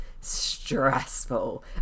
stressful